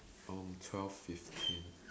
oh twelve fifteen